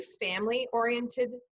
family-oriented